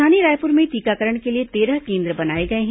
राजधानी रायपुर में टीकाकरण के लिए तेरह केन्द्र बनाए गए हैं